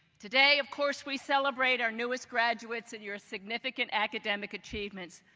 today, of course, we celebrate our newest graduates and your significant academic achievements.